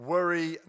Worry